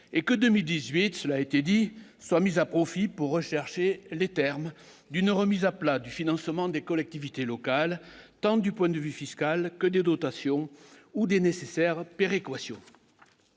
et que 2018, cela a été dit, soit mise à profit pour rechercher les termes d'une remise à plat du financement des collectivités locales, tant du point de vue fiscal que des dotations ou des nécessaire péréquation